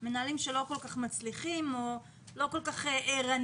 אבל מנהלים שלא כל כך מצליחים או לא כל כך ערניים,